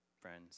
friends